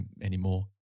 anymore